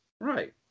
Right